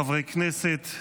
חברי כנסת,